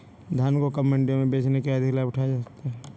धान को कब मंडियों में बेचने से अधिक लाभ उठाया जा सकता है?